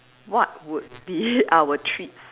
what would be our treats